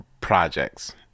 Projects